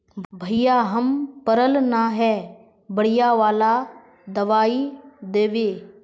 भैया हम पढ़ल न है बढ़िया वाला दबाइ देबे?